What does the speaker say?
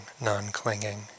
non-clinging